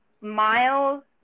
Miles